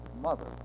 mother